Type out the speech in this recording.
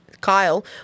Kyle